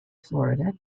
florida